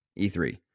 e3